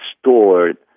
stored